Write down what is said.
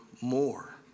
more